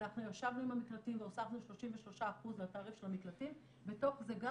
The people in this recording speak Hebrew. אנחנו ישבנו עם המקלטים והוספנו 33% לתעריף של המקלטים ותוך זה גם